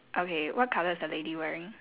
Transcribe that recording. okay what colour is the lady wearing